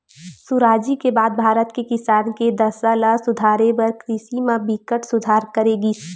सुराजी के बाद भारत के किसान के दसा ल सुधारे बर कृषि म बिकट सुधार करे गिस